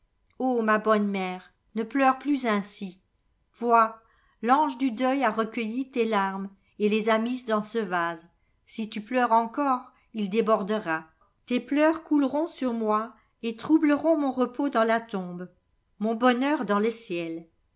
ma bonne mère ne pleure plus ainsi vois l'ange du deuil a recueilli tes larmes et les a mises dans ce vase si tu pleures encore il débordera tes pleurs couleront sur moi et trou bleront mon repos dans la tombe mon onlieur dans le ciel